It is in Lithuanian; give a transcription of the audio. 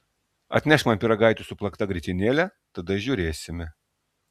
atnešk man pyragaitį su plakta grietinėle tada žiūrėsime